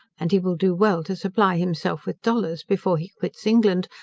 and he will do well to supply himself with dollars before he quits england,